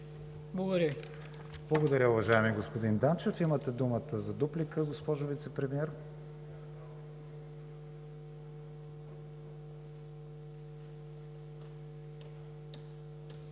ВИГЕНИН: Благодаря, уважаеми господин Данчев. Имате думата за дуплика, госпожо Вицепремиер.